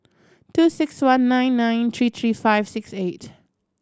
two six one nine nine three three five six eight